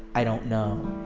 i don't know.